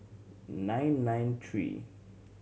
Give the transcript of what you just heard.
nine nine three